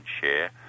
share